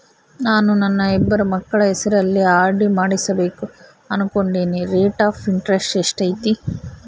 ನಾನು ನನ್ನ ಇಬ್ಬರು ಮಕ್ಕಳ ಹೆಸರಲ್ಲಿ ಆರ್.ಡಿ ಮಾಡಿಸಬೇಕು ಅನುಕೊಂಡಿನಿ ರೇಟ್ ಆಫ್ ಇಂಟರೆಸ್ಟ್ ಎಷ್ಟೈತಿ?